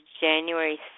January